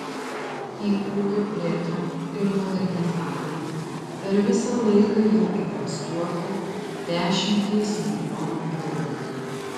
į ūkio plėtrą ir modernizavimą per visą laiką jau investuota dešimtys milijonų eurų